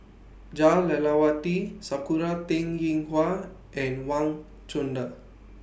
Jah Lelawati Sakura Teng Ying Hua and Wang Chunde